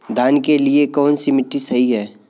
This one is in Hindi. धान के लिए कौन सी मिट्टी सही है?